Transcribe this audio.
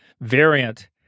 variant